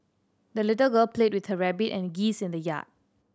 the little girl played with her rabbit and geese in the yard